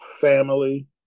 family